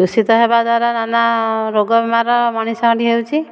ଦୂଷିତ ହେବା ଦ୍ୱାରା ନାନା ରୋଗ ବେମାର ମଣିଷ ଠି ହେଉଛି